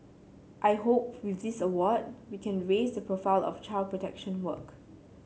I hope with this award we can raise the profile of child protection work